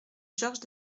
georges